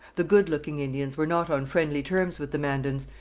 the good-looking indians were not on friendly terms with the mandans,